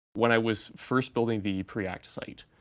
when i was first building the preact site,